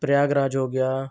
प्रयागराज हो गया